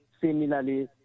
similarly